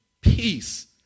Peace